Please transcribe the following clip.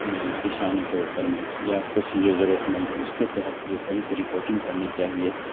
میں کسانوں کے اوپر میں یا کچھ جو ضرورت مند ہے اس کے تحت جو صحیح سے رپورٹنگ کرنی چاہیے